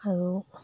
আৰু